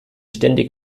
ständig